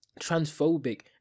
Transphobic